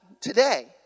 today